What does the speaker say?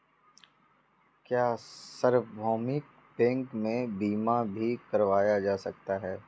क्या सार्वभौमिक बैंक में बीमा भी करवाया जा सकता है?